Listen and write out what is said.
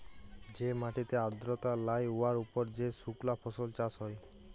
যে মাটিতে আর্দ্রতা লাই উয়ার উপর যে সুকনা ফসল চাষ হ্যয়